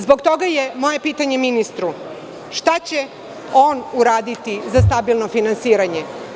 Zbog toga je moje pitanje ministru – šta će on uraditi za stabilno finansiranje?